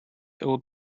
old